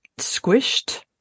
squished